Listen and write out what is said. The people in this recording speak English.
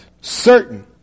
certain